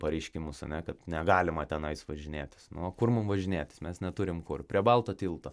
pareiškimus ane kad negalima tenais važinėtis nu o kur mum važinėtis mes neturim kur prie balto tilto